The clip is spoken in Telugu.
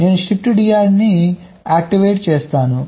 నేను ShiftDR ని సక్రియం చేస్తాను